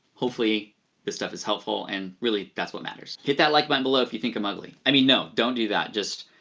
hopefully this stuff is helpful, and really that's what matters. hit that like button below if you think i'm ugly. i mean, no don't do that, just.